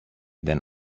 than